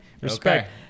Respect